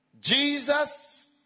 Jesus